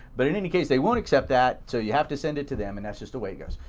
but in any case, they won't accept that, so you have to send it to them, and that's just the way it goes.